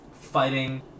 fighting